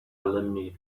alumni